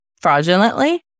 fraudulently